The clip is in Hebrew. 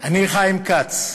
אני, חיים כץ,